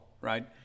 right